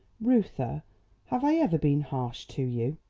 reuther, have i ever been harsh to you?